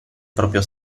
proprio